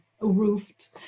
roofed